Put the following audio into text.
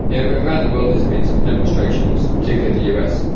yeah around the world there's been some demonstrations, particularly in the us,